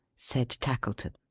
said tackleton.